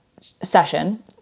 session